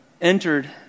entered